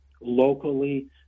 locally